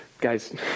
Guys